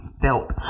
felt